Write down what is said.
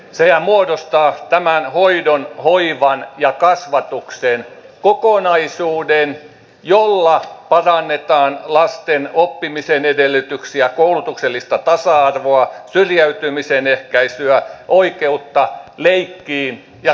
sehän muodostaa tämän hoidon hoivan ja kasvatuksen kokonaisuuden jolla parannetaan lasten oppimisen edellytyksiä koulutuksellista tasa arvoa syrjäytymisen ehkäisyä oikeutta leikkiin ja kulttuuriin